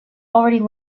already